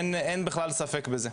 אין בכלל ספק בזה.